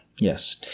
Yes